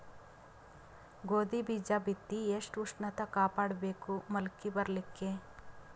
ಗೋಧಿ ಬೀಜ ಬಿತ್ತಿ ಎಷ್ಟ ಉಷ್ಣತ ಕಾಪಾಡ ಬೇಕು ಮೊಲಕಿ ಬರಲಿಕ್ಕೆ?